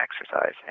exercise